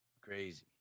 Crazy